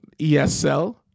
ESL